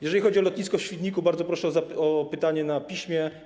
Jeżeli chodzi o lotnisko w Świdniku, bardzo proszę o pytanie na piśmie.